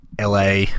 la